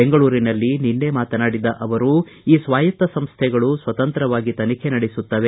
ಬೆಂಗಳೂರಿನಲ್ಲಿ ನಿನ್ನೆ ಮಾತನಾಡಿದ ಅವರು ಈ ಸ್ವಾಯತ್ತ ಸಂಸ್ವೆಗಳು ಸ್ವತಂತ್ರವಾಗಿ ತನಿಖೆ ನಡೆಸುತ್ತವೆ